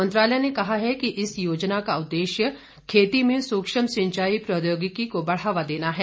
मंत्रालय ने कहा है कि इस योजना का उद्देश्य खेती में सुक्ष्म सिंचाई प्रौद्योगिकी को बढ़ावा देना है